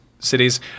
Cities